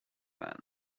fan